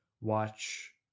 watch